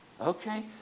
Okay